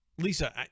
Lisa